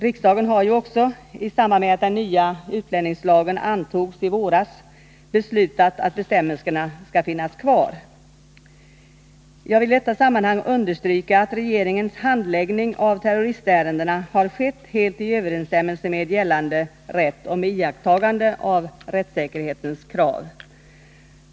Riksdagen har ju också — i samband med att den nya utlänningslagen antogs i våras — beslutat att bestämmelserna skall finnas kvar. Jag vill i detta sammanhang understryka att regeringens handläggning av terroristärendena har skett helt i överensstämmelse med gällande rätt och med iakttagande av rättssäkerhetens krav.